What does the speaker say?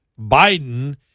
Biden